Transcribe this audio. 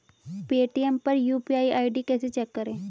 Paytm पर UPI ID कैसे check करें?